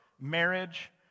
marriage